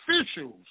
officials